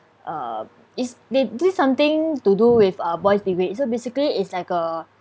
uh is it is something to do with uh boys brigade so basically it's like a